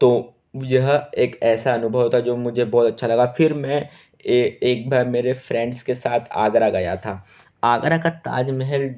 तो यह एक ऐसा अनुभव था जो मुझे बहुत अच्छा लगा फिर मैं ए एक बार मेरे फ्रेंड्स के साथ आगरा गया था आगरा का ताजमहल